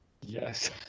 Yes